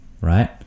right